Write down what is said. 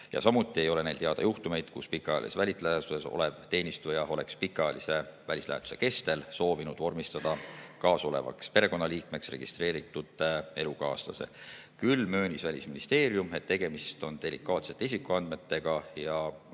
ja samuti ei ole neil teada juhtumeid, kus pikaajalises välislähetuses olev teenistuja oleks pikaajalise välislähetuse kestel soovinud vormistada kaasasolevaks perekonnaliikmeks registreeritud elukaaslase. Küll möönis Välisministeerium, et tegemist on delikaatsete isikuandmetega ja